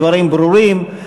הדברים ברורים,